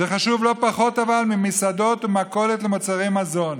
אבל זה חשוב לא פחות ממסעדות וממכולת למוצרי מזון.